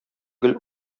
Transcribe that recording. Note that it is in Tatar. гел